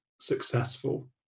successful